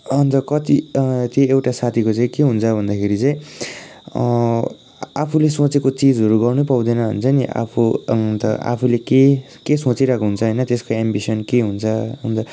अन्त कति त्यो एउटा साथीको चाहिँ के हुन्छ भन्दाखेरि चाहिँ आफूले सोचेको चिजहरू गर्नु नै पाउँदैन हुन्छ नि आफू अन्त आफूले के के सोचिरहेको हुन्छ होइन त्यसको एम्बिसन के हुन्छ अन्त